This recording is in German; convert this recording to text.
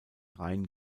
rein